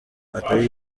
atari